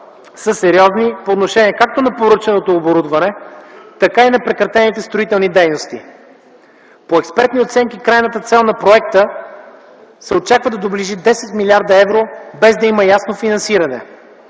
са сериозни по отношение както на поръчаното оборудване, така и на прекратените строителни дейности. По експертни оценки крайната цел на проекта се очаква да доближи 10 млрд. евро, без да има ясно финансиране.